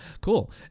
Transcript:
cool